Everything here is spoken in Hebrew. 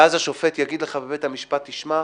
ואז השופט יגיד לך בבית המשפט: תשמע,